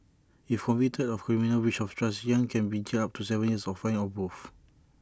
if convicted of criminal breach of trust yang can be jailed up to Seven years or fined or both